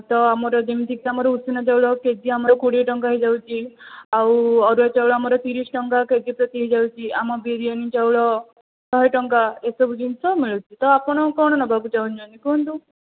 ତ ଆମର ଯେମିତି ଉଷୁନା ଚାଉଳ କେଜି ଆମର କୋଡ଼ିଏ ଟଙ୍କା ହୋଇଯାଉଛି ଆଉ ଅରୁଆ ଚାଉଳ ଆମର ତିରିଶ ଟଙ୍କା କେଜି ପ୍ରତି ହୋଇଯାଉଛି ଆମ ବିରିୟାନୀ ଚାଉଳ ଶହେ ଟଙ୍କା ଏହି ସବୁ ଜିନିଷ ମିଳୁଛି ତ ଆପଣ କ'ଣ ନେବାକୁ ଚାହୁଁଛନ୍ତି କୁହନ୍ତୁ